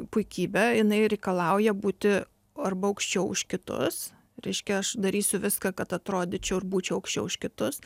puikybė jinai reikalauja būti arba aukščiau už kitus reiškia aš darysiu viską kad atrodyčiau ir būčiau aukščiau už kitus